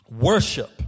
worship